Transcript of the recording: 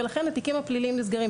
ולכן התיקים הפליליים נסגרים.